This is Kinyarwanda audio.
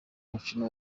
umukino